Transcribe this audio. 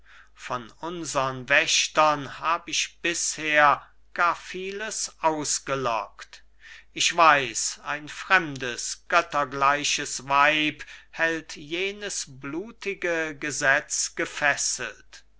von unsern wächtern hab ich bisher gar vieles ausgelockt ich weiß ein fremdes göttergleiches weib hält jenes blutige gesetz gefesselt